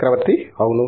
చక్రవర్తి అవును